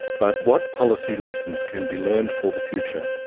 but what policy lessons can be learned for the future?